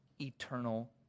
eternal